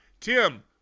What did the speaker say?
Tim